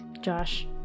Josh